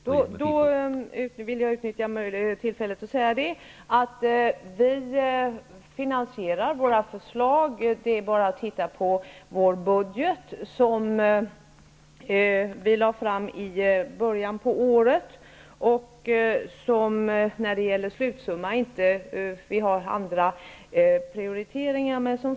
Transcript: Herr talman! Då vill jag utnyttja tillfället till att säga vi finansierar våra förslag. Det är bara att titta i vår budget som vi lade fram i början på året. Vi har när det gäller slutsumman inga andra prioriteringar.